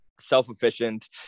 self-efficient